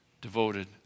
devoted